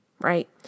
Right